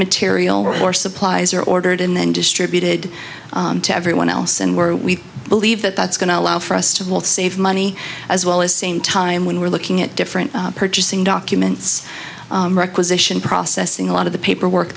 material or supplies are ordered and then distributed to everyone else and where we believe that that's going to allow for us to will save money as well as same time when we're looking at different purchasing documents requisition processing a lot of the paperwork